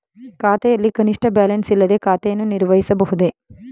ಖಾತೆಯಲ್ಲಿ ಕನಿಷ್ಠ ಬ್ಯಾಲೆನ್ಸ್ ಇಲ್ಲದೆ ಖಾತೆಯನ್ನು ನಿರ್ವಹಿಸಬಹುದೇ?